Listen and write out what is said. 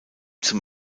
zum